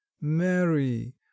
Mary